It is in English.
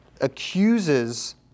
accuses